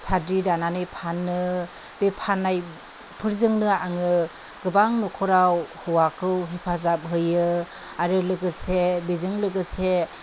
साद्रि दानानै फानो बे फाननायफोरजोंनो आङो गोबां न'खराव हौवाखौ हेफाजाब होयो आरो लोगोसे बेजों लोगोसेनो